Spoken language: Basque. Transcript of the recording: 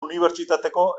unibertsitateko